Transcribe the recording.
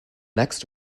next